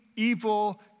evil